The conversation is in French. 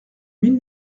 mille